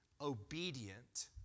obedient